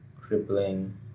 crippling